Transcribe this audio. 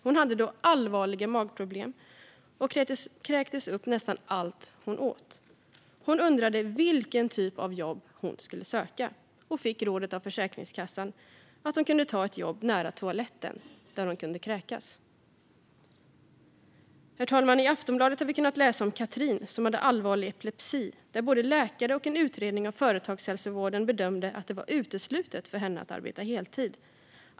Hon hade då allvarliga magproblem och kräktes upp nästan allt hon åt. Hon undrade vilken typ av jobb hon skulle söka och fick rådet av Försäkringskassan att hon kunde ta ett jobb där det var nära till toaletten där hon kunde kräkas. Herr talman! I Aftonbladet har vi kunnat läsa om Cathrin som hade allvarlig epilepsi, och där både läkare och en utredning av företagshälsovården hade bedömt att det var uteslutet för henne att arbeta heltid.